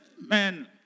man